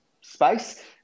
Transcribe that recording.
space